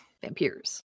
Vampires